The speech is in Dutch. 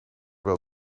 wel